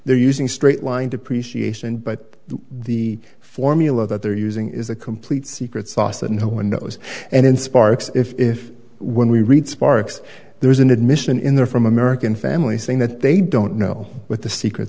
they're using straight line depreciation but the formula that they're using is a complete secret sauce that no one knows and in sparks if when we read sparks there's an admission in there from american family saying that they don't know what the secret